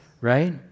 Right